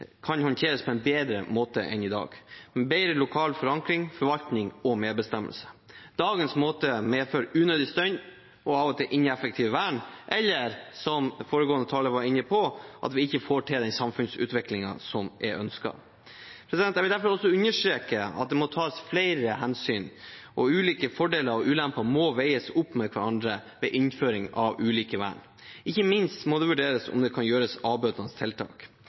kan håndteres på en bedre måte enn i dag: bedre lokal forankring, forvaltning og medbestemmelse. Dagens måte medfører unødig støy og av og til ineffektivt vern, eller, som foregående taler var inne på, at vi ikke får til den samfunnsutviklingen som er ønsket. Jeg vil derfor også understreke at det må tas flere hensyn, og ulike fordeler og ulemper må veies opp mot hverandre ved innføring av ulike vern. Ikke minst må det vurderes om det kan gjøres avbøtende tiltak.